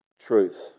truth